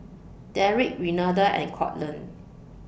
Deric Renada and Courtland